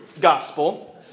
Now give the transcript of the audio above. gospel